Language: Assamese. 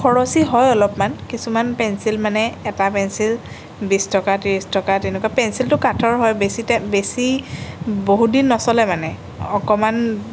খৰচী হয় অলপমান কিছুমান পেঞ্চিল মানে এটা পেঞ্চিল বিশ টকা ত্ৰিছ টকা তেনেকুৱা পেঞ্চিলটো কাঠৰ হয় বেছি টাইম বেছি বহুদিন নচলে মানে অকণমান